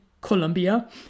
colombia